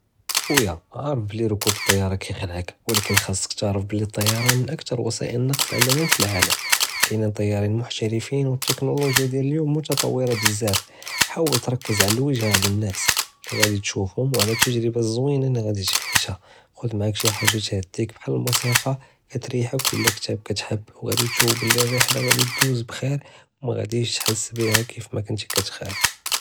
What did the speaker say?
חויה עארף בלי רקוב אלטיארה כיחלאכ ו אבל חסכ תערף בלי אלטיארה מן אקטאר ויסאיל אלנقل אמאנה פי אלעלם, קאינין טיאריין מכתראפין ו טכנולוגיה דיאל ליום מתطورة בזאף, חאול תרכז עלא אלווגה עלנאאסים ליגאדי תשופهوم ו עלא אלתג'רבה אלזוינה ליגאדי תעיישה, חוז מעאק שי חאגה תהדיכ בחאל אלמוסיקה יתיריחכ ו לא כתאב כתאהב ו גאדי תשובלי ריחלה גאדי דוז בכיר ו מגאדיש תחס ביה כאימה קונתי כתחאפ.